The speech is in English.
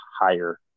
higher